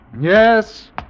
yes